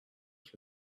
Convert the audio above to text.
for